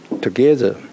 together